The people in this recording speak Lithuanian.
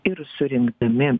ir surinkdami